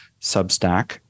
substack